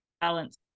balance